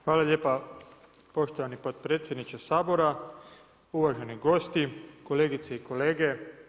Hvala lijepa poštovani potpredsjedniče Sabora, uvaženi gosti, kolegice i kolege.